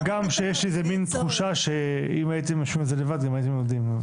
הגם שיש איזה מין תחושה שאם הייתם יושבים על זה לבד אתם הייתם יודעים.